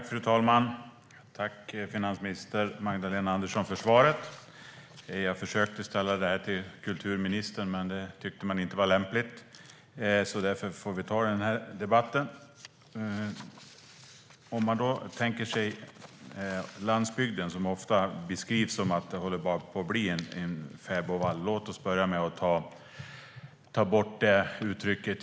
Fru talman! Tack, finansminister Magdalena Andersson, för svaret! Jag försökte att ställa interpellationen till kulturministern, men det tycks inte ha varit lämpligt. Därför får vi ta den här debatten. Landsbygden beskrivs ofta som att den håller på att bli en fäbodvall. Låt oss börja med att bortse från det uttrycket.